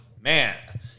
Man